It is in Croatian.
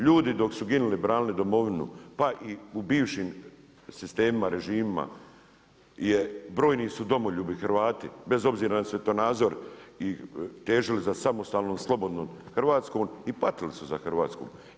Ljudi dok su ginuli branili domovinu pa i u bivšim sistemima, režimima brojni su domoljubi Hrvati bez obzira na svjetonazor težili za samostalnom slobodnom Hrvatskom i patili su za Hrvatskom.